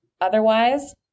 Otherwise